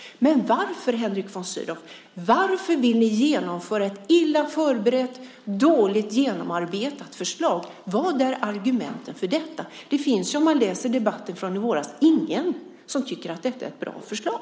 Men varför, Henrik von Sydow, vill ni genomföra ett illa förberett och dåligt genomarbetat förslag? Vilka är argumenten för detta? Det är ju ingen, om man läser debatten från i våras, som tycker att detta är ett bra förslag.